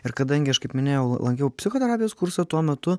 ir kadangi aš kaip minėjau lankiau psichoterapijos kursą tuo metu